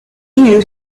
you